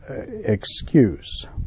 excuse